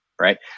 right